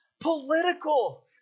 political